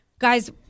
Guys